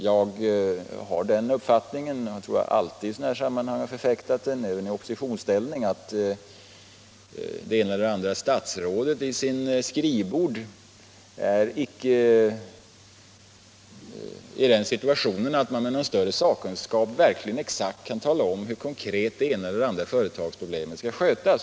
Jag har den uppfattningen — jag tror att jag alltid i sådana här sammanhang, även i oppositionsställning, har förfäktat den — att det ena eller andra statsrådet vid sitt skrivbord icke är i den situationen att han med någon större sakkunskap exakt kan tala om hur det ena eller andra företagsproblemet konkret skall lösas.